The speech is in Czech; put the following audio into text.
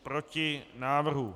Proti návrhu.